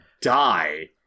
die